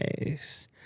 Nice